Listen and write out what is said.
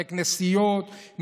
בתי כנסיות,